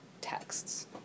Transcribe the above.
texts